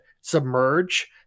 submerge